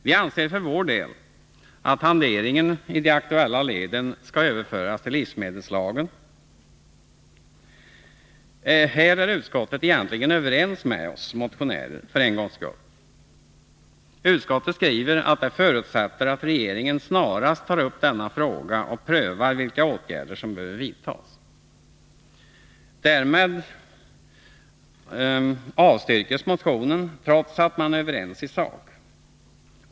Vi anser för vår del att hanteringen i det aktuella ledet skall överföras till livsmedelslagen. Här är utskottet för en gångs skull egentligen överens med oss motionärer. Utskottet skriver att det förutsätter att regeringen snarast tar upp denna fråga och prövar vilka åtgärder som behöver vidtas. Därmed avstyrks motionen trots att man är överens i sak.